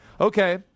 Okay